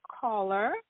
caller